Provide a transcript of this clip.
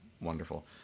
wonderful